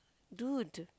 dude